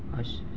عرش